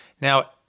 Now